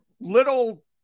little